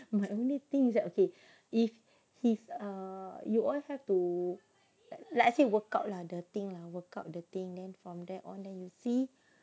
my only thing is that okay if he's uh you all have to like let's say workout lah the thing lah workout the thing then from there on then you will see